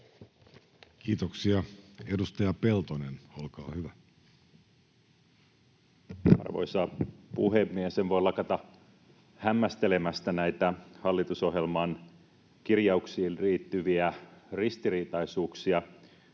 Kiitoksia. — Edustaja Peltonen, olkaa hyvä. Arvoisa puhemies! En voi lakata hämmästelemästä näitä hallitusohjelman kirjauksiin liittyviä ristiriitaisuuksia.